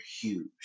huge